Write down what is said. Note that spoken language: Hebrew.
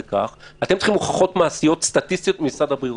כך אתם צריכים הוכחות מעשיות סטטיסטיות ממשרד הבריאות.